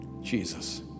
Jesus